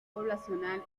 poblacional